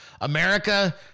America